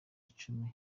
icumi